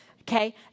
Okay